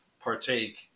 partake